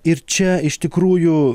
ir čia iš tikrųjų